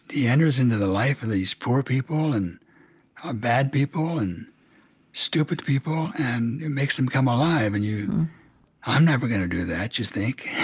he enters into the life of these poor people, and ah bad people, and stupid people, and makes them come alive. and you i'm never going to do that, you think.